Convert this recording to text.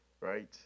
right